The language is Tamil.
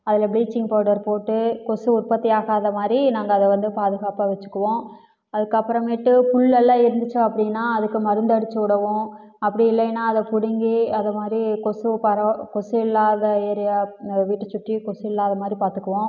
அதில் ப்ளீச்சிங் பவுடர் போட்டு கொசு உற்பத்தி ஆகாத மாதிரி நாங்கள் அதை வந்து பாதுகாப்பாக வச்சுக்குவோம் அதுக்கப்புறமேட்டு புல்லெல்லாம் இருந்துச்சு அப்படினா அதுக்கு மருந்து அடுச்சுவிடுவோம் அப்படி இல்லைன்னா அதை பிடுங்கி அதை மாதிரி கொசு பரவ கொசு இல்லாத ஏரியா வீட்டை சுற்றி கொசு இல்லாத மாதிரி பார்த்துக்குவோம்